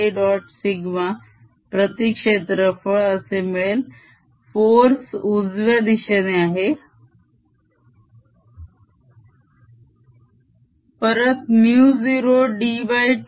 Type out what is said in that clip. σ प्रती क्षेत्रफळ असे मिळेल फोर्स उजव्या दिशेने आहे परत μ0d2K